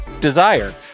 Desire